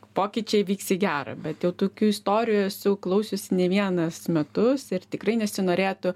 pokyčiai vyks į gerą bet jau tokių istorijų esu klausiusi ne vienus metus ir tikrai nesinorėtų